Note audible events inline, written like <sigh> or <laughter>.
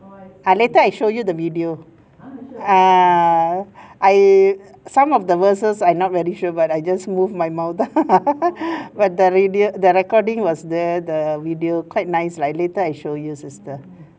ah later I show you the video ah I some of the verses I not very sure but I just move my mouth <laughs> but the radio the recording was there the video quite nice lah later I show you sister